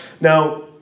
Now